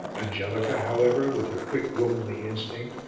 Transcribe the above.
angelica, however, with her quick, womanly instinct,